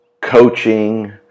coaching